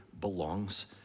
belongs